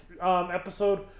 episode